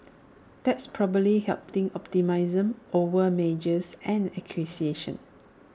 that's probably helping optimism over mergers and acquisitions